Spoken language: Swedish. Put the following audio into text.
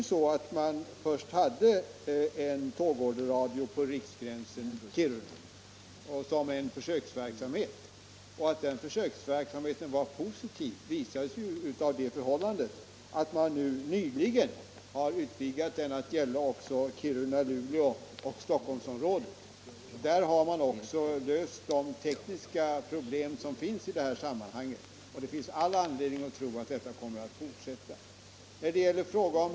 Man hade en försöksverksamhet med tågorderradio på sträckan Riksgränsen-Kiruna, och att den gav positivt resultat visar sig av det förhållandet att man nyligen har utvidgat den till att gälla också sträckan Kiruna-Luleå och Stockholmsområdet. Där har man också löst de tekniska problem som finns i sammanhanget, och vi har all anledning att tro att verksamheten kommer att fortsätta.